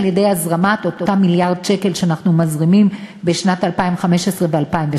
על-ידי הזרמת אותם מיליארד שקל שאנחנו מזרימים ב-2015 ו-2016,